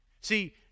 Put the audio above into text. See